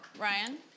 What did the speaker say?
Ryan